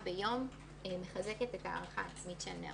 ביום מחזקת את ההערכה העצמית של נערות.